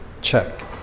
check